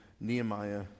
Nehemiah